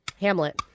Hamlet